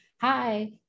hi